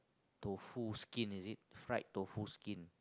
tofu skin is it fried tofu skin